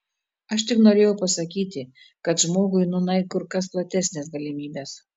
aš tik norėjau pasakyti kad žmogui nūnai kur kas platesnės galimybės